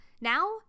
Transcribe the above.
Now